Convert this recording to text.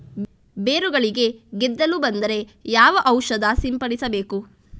ಬೇರುಗಳಿಗೆ ಗೆದ್ದಲು ಬಂದರೆ ಯಾವ ಔಷಧ ಸಿಂಪಡಿಸಬೇಕು?